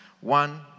one